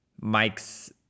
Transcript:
Mike's